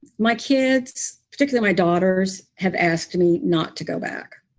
my kids, particularly my daughters, have asked me not to go back.